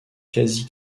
quasi